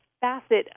facet